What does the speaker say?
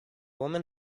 woman